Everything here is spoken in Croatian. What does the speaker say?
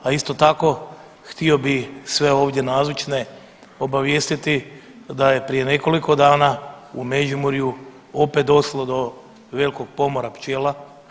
A isto tako htio bih sve ovdje nazočne obavijestiti da je prije nekoliko dana u Međimurju opet došlo do velikog pomora pčela.